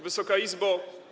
Wysoka Izbo!